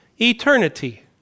eternity